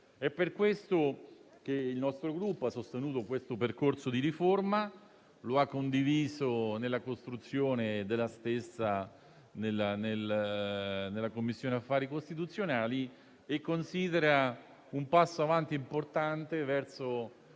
È per questo che il nostro Gruppo ha sostenuto questo percorso di riforma, lo ha condiviso in fase di costruzione in Commissione affari costituzionali e lo considera un passo avanti importante verso